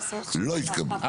לא התקבלו.